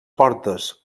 portes